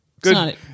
Good